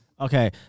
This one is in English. Okay